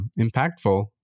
impactful